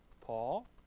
Paul